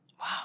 Wow